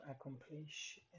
accomplish